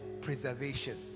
preservation